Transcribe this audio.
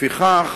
לפיכך